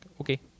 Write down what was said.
Okay